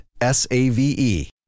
S-A-V-E